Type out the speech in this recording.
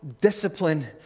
discipline